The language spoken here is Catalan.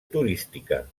turística